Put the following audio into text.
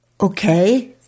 Okay